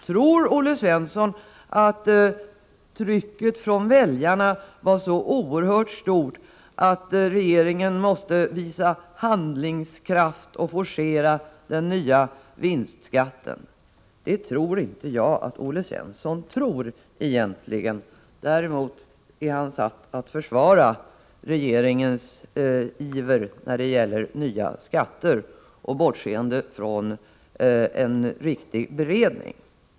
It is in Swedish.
Tror Olle Svensson vidare att trycket från väljarna var så oerhört stort att regeringen måste visa handlingskraft och forcera beslutet om den nya vinstskatten? Det tror inte jag att Olle Svensson egentligen anser. Däremot är han satt att försvara regeringens iver när det gäller nya skatter och att försvara bortseendet från en riktig beredning.